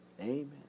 Amen